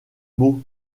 mots